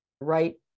right